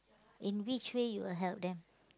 in which way you will help them